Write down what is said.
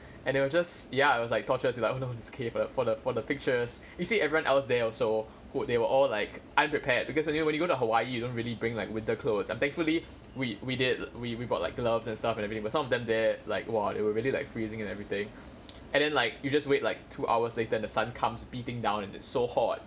and they will just ya it was like torturous we were like oh no it's okay for the for the for the pictures you see everyone else there also who they were all like unprepared because you know when you go to hawaii you don't really bring like winter clothes and thankfully we we did we we brought like gloves and stuff and everything but some of them there like !wah! they were really like freezing and everything and then like you just wait like two hours later and the sun comes beating down and it's so hot